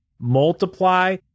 multiply